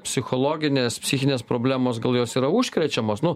psichologinės psichinės problemos gal jos yra užkrečiamos nu